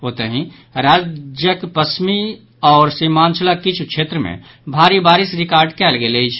ओतहि राज्यक पश्चिमी क्षेत्र आओर सीमांचलक किछु क्षेत्र मे भारी बारिस रिकॉर्ड कयल गेल अछि